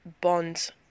bond